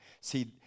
See